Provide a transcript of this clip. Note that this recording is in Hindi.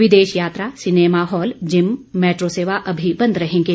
विदेश यात्रा सिनेमा हाल जिम मेट्रो सेवा अभी बंद रहेंगे